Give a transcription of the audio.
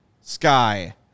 Sky